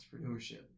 entrepreneurship